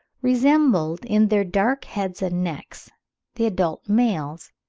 resembled in their dark heads and necks the adult males,